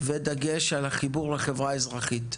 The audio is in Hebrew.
ודגש על החיבור לחברה האזרחית,